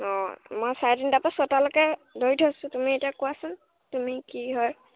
অঁ মই চাৰে তিনিটাৰ পৰা ছটালৈকে ধৰি থৈছোঁ তুমি এতিয়া কোৱাচোন তুমি কি হয়